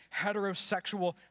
heterosexual